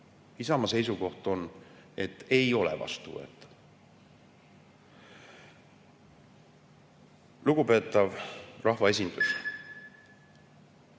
Isamaa seisukoht on, et ei ole vastuvõetav. Lugupeetav rahvaesindus!